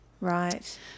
Right